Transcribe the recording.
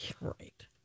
Right